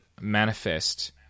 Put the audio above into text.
manifest